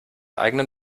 eigenen